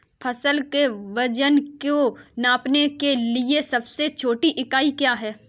फसल के वजन को नापने के लिए सबसे छोटी इकाई क्या है?